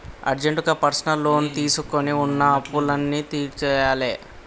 అర్జెంటుగా personal loan తీసుకొని వున్న అప్పులన్నీ తీర్చేయ్యాలే